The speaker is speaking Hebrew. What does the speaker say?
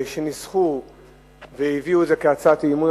שניסחו והביאו את זה כהצעת אי-אמון,